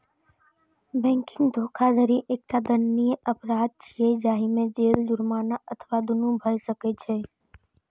banking धोखाधड़ी एकटा दंडनीय अपराध छियै, जाहि मे जेल, जुर्माना अथवा दुनू भए सकै छै